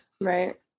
Right